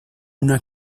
una